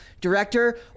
director